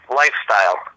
lifestyle